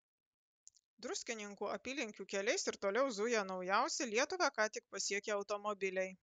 druskininkų apylinkių keliais ir toliau zuja naujausi lietuvą ką tik pasiekę automobiliai